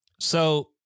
So-